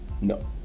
No